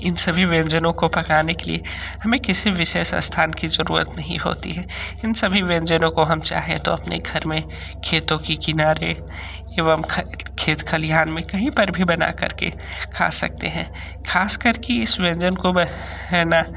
इन सभी व्यंजनों को पकाने के लिए हमें किसी विशेष स्थान की ज़रूरत नहीं होती इन सभी व्यंजनों को हम चाहें तो अपने घर में खेतों की किनारे एवं खेत खलिहान में कहीं पर भी बना करके खा सकते हैं खासकर के इस व्यंजन को मैं है ना